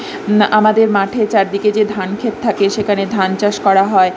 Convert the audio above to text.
আমাদের মাঠের চারদিকে যে ধান খেত থাকে সেখানে ধান চাষ করা হয়